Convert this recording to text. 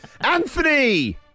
Anthony